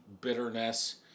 bitterness